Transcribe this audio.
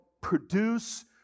produce